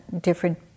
different